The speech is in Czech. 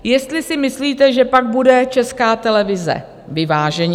Jestli si myslíte, že pak bude Česká televize vyváženější?